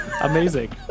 Amazing